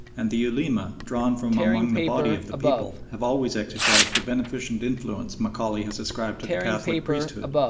and the ulema, drawn from among the body of the people, have always exercised the beneficent influence macaulay has ascribed to the catholic priesthood,